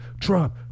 trump